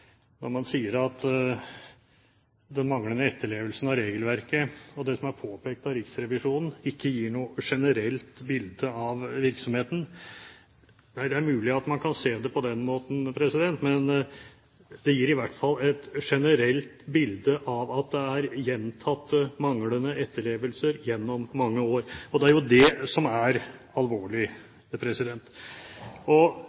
når man sier at den manglende etterlevelsen av regelverket og det som er påpekt av Riksrevisjonen, ikke gir noe generelt bilde av virksomheten. Det er mulig at man kan se det på den måten, men det gir i hvert fall et generelt bilde av at det er gjentatte manglende etterlevelser gjennom mange år, og det er jo det som er alvorlig.